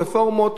או רפורמות,